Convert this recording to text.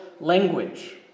language